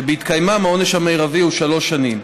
שבהתקיימן העונש המרבי הוא שלוש שנים,